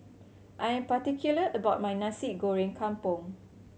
I am particular about my Nasi Goreng Kampung